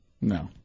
No